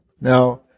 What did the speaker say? Now